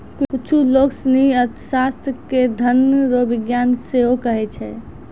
कुच्छु लोग सनी अर्थशास्त्र के धन रो विज्ञान सेहो कहै छै